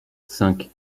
cinq